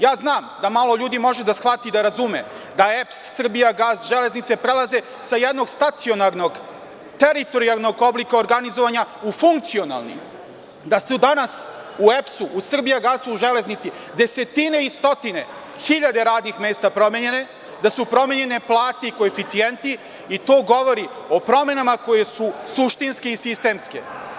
Ja znam da malo ljudi može da shvati i da razume, da EPS, „Srbijagas“, „Železnice“ prelaze sa jednog stacionarnog, teritorijalnog oblika organizovanja u funkcionalni, da se danas u EPS-u, u „Srbijagasu“, u „Železnici“, desetine i stotine, hiljade radnih mesta promenjeno, da su promenjene plate i koeficijenti i to govori o promenama koje su suštinske i sistemske.